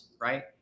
right